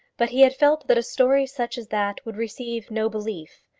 but he had felt that a story such as that would receive no belief,